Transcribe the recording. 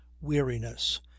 weariness